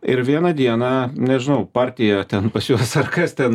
ir vieną dieną nežinau partija ten pas juos ar kas ten